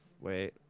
Wait